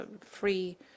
free